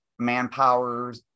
manpowers